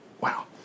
Wow